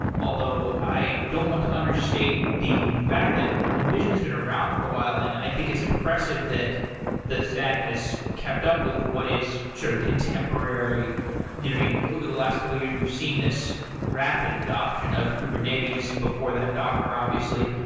although, i don't want to understate the fact that invision has been around for a while, and i think it's oppressive that the stack has kept up with what is sort of contemporary you know over the last couple of years, we've seen this rapid adoption of kubernetes. before that, docker, obviously.